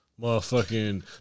motherfucking